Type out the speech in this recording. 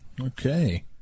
Okay